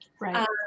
right